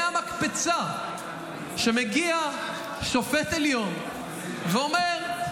מהמקפצה, מגיע שופט עליון ואומר: